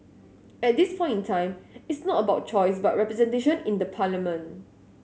at this point in time it's not about choice but representation in the parliament